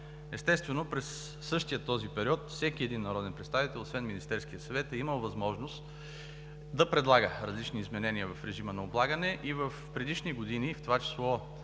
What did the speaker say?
Естествено през същия този период всеки един народен представител, освен Министерският съвет, е имал възможност да предлага различни изменения в режима на облагане и в предишни години, в това число